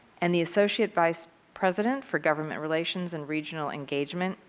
and the associate vice president for government relations and regional engagement,